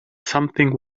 something